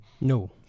No